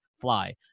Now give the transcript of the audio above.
fly